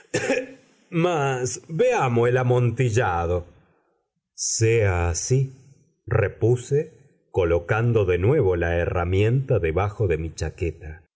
mas veamos el amontillado sea así repuse colocando de nuevo la herramienta debajo de mi chaqueta